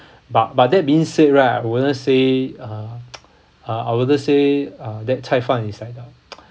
but but that being said right I wouldn't say uh uh I wouldn't say uh that 菜饭 is like uh